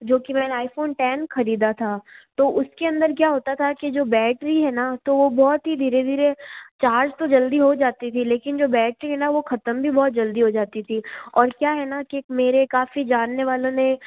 जो की मैंने आईफोन टेन खरीदा था तो उसके अंदर क्या होता था कि जो बैटरी है ना तो वो बहुत ही धीरे धीरे चार्ज तो जल्दी हो जाती थी लेकिन जो बैग थी ना वो खत्म भी बहुत जल्दी हो जाती थी और क्या है ना की मेरे काफ़ी जानने वालों ने